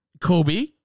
Kobe